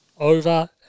over